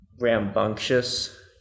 rambunctious